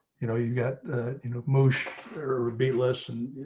you know, you got in motion or be listen,